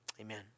Amen